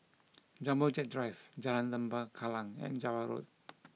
Jumbo Jet Drive Jalan Lembah Kallang and Java Road